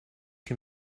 can